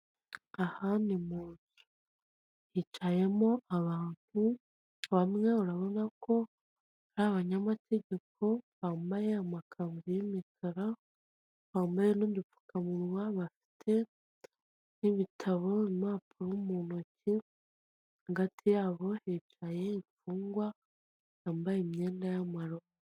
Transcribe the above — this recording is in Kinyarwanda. Aha ni mu nzu hicayemo abantu bamwe urabona ko ari abanyamategeko bambayeye amakanzu y'imikara bambaye n'udupfukamunwa bafite n'ibitabo, impapuro mu ntoki, hagati yabo hicaye imfungwa yambaye imyenda y'amaroza.